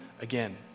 again